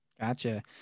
Gotcha